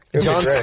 John